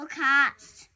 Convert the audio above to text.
cast